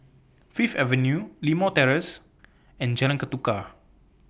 Fifth Avenue Limau Terrace and Jalan Ketuka